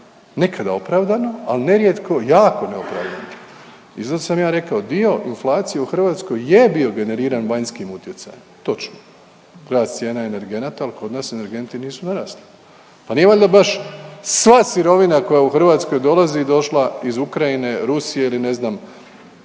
nekada opravdano, al nerijetko jako neopravdano i zato sam ja rekao dio inflacije u Hrvatskoj je bio generiran vanjskim utjecajem, točno, rast cijena energenata, al kod nas energenti nisu narasli, pa nije valjda baš sva sirovina koja u Hrvatsku dolazi došla iz Ukrajine, Rusije ili ne znam